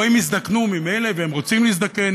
או אם יזדקנו ממילא הם רוצים להזדקן